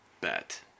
bet